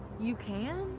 you can?